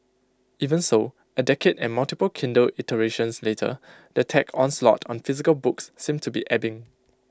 even so A decade and multiple Kindle iterations later the tech onslaught on physical books seems to be ebbing